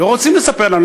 לא רוצים לספר לנו.